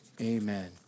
Amen